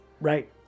right